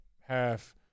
half